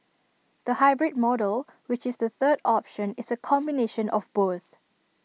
the hybrid model which is the third option is A combination of both